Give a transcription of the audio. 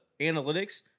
analytics